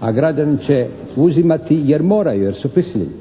a građani će uzimati jer moraju, jer su prisiljeni.